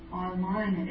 online